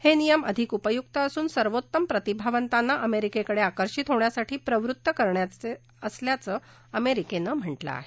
हे नियम अधिक उपयुक्त असून सर्वोत्तम प्रतिभावतांना अमेरिकेकडे आकर्षित होण्यासाठी प्रवृत्त करणारे असल्याच अमेरिकेनं म्हटलं आहे